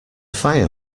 fire